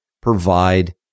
provide